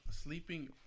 sleeping